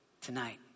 Tonight